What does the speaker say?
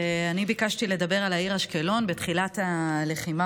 אני ביקשתי לדבר על העיר אשקלון בתחילת הלחימה,